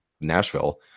Nashville